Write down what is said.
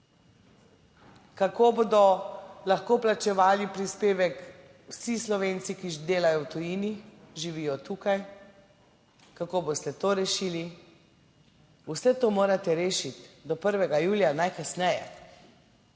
Kako bodo lahko plačevali prispevek vsi Slovenci, ki delajo v tujini, živijo tukaj, kako boste to rešili? Vse to morate rešiti do 1. julija, najkasneje.